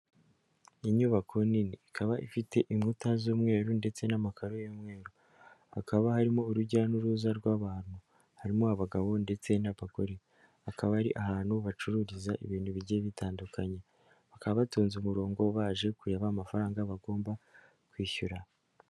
Inyubako nini ikaba ifite inkuta z'umweru ndetse n'amakaro y'umweru, hakaba harimo urujya n'uruza rw'abantu, harimo abagabo ndetse n'abagore, hakaba ari ahantu bacururiza ibintu bigiye bitandukanye, bakaba batonze umurongo baje kureba amafaranga bagomba kwishyura.